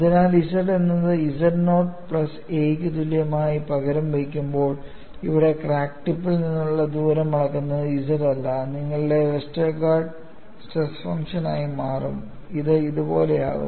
അതിനാൽ z എന്നത് z not plus a യ്ക്ക് തുല്യമായി പകരം വയ്ക്കുമ്പോൾ ഇവിടെ ക്രാക്ക് ടിപ്പിൽ നിന്നുള്ള ദൂരം അളക്കുന്നത് z അല്ല നിങ്ങളുടെ വെസ്റ്റർഗാർഡിന്റെ സ്ട്രെസ് ഫംഗ്ഷൻ മാറും ഇത് ഇതുപോലെയാകും